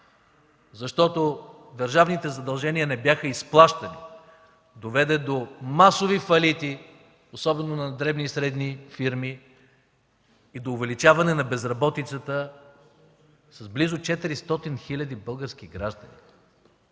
защото държавните задължения не бяха изплащани, доведе до масови фалити, особено на дребни и средни фирми, и до увеличаване на безработицата с близо 400 хиляди български граждани.